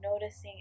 Noticing